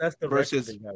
versus